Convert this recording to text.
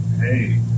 hey